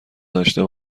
داشته